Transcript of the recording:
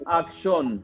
action